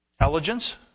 intelligence